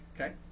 Okay